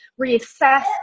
reassess